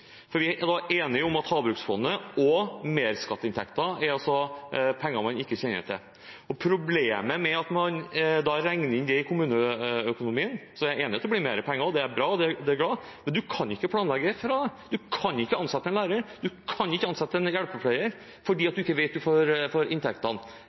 Vi er enige om at Havbruksfondet og merskatteinntekter er penger som man ikke kjenner til. Problemet med at man regner det inn i kommuneøkonomien – jeg er enig i at det blir mer penger, og det er bra – er at man ikke kan planlegge ut fra det. Man kan ikke ansette en lærer, man kan ikke ansette en hjelpepleier, fordi